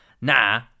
nah